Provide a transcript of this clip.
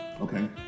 okay